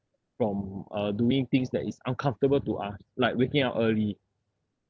from uh doing things that is uncomfortable to ah like waking up early